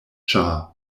ĉar